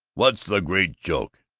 what's the great joke?